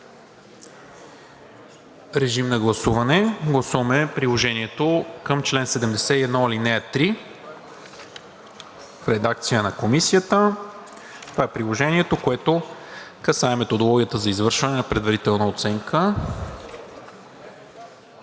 Режим на гласуване – гласуваме приложението към чл. 71, ал. 3 в редакция на Комисията. Това е приложението, което касае методологията за извършване на предварителна оценка.